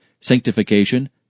sanctification